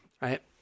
right